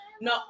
no